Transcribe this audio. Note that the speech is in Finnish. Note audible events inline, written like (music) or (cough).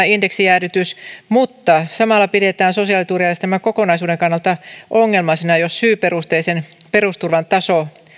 (unintelligible) indeksijäädytys hyväksytään mutta samalla pidetään sosiaaliturvajärjestelmän kokonaisuuden kannalta ongelmallisena jos syyperusteisen perusturvan taso